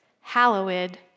hallowed